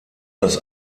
das